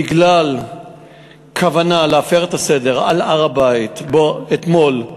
בגלל כוונה להפר את הסדר על הר-הבית אתמול,